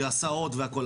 עם הסעות והכול.